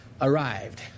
arrived